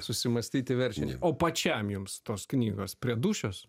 susimąstyti verčia o pačiam jums tos knygos prie dūšios